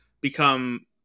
become